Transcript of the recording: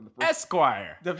Esquire